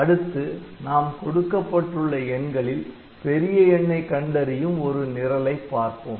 அடுத்து நாம் கொடுக்கப்பட்டுள்ள எண்களில் பெரிய எண்ணை கண்டறியும் ஒரு நிரலை பார்ப்போம்